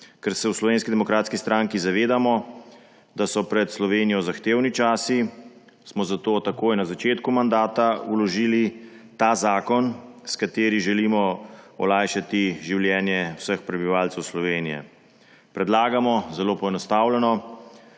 Ker se v Slovenski demokratski stranki zavedamo, da so pred Slovenijo zahtevni časi, smo zato takoj na začetku mandata vložili ta zakon, s katerim želimo olajšati življenje vseh prebivalcev Slovenije. Predlagamo, zelo poenostavljeno,